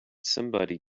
somebody